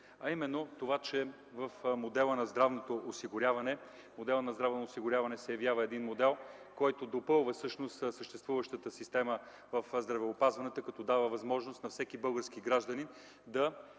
Една от тях е, че моделът на здравното осигуряване се явява като модел, който допълва съществуващата система в здравеопазването, като дава възможност на всеки български гражданин